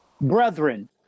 Brethren